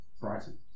Brighton